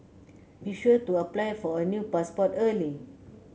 be sure to apply for a new passport early